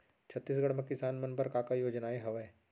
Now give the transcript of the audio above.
छत्तीसगढ़ म किसान मन बर का का योजनाएं हवय?